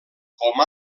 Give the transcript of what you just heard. com